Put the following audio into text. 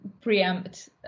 preempt